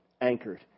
anchored